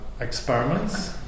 experiments